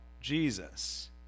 Jesus